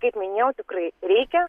kaip minėjau tikrai reikia